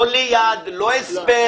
לא ליד, לא הסבר.